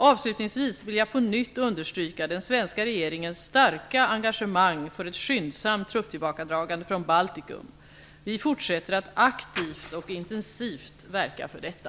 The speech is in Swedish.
Avslutningsvis vill jag på nytt understryka den svenska regeringens starka engagemang för ett skyndsamt trupptillbakadragande från Baltikum. Vi fortsätter att aktivt och intensivt verka för detta.